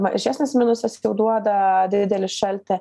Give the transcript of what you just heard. mažesnis minusas jau duoda didelį šaltį